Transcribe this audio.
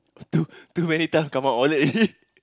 too too many time come out wallet already